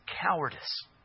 cowardice